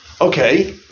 Okay